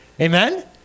Amen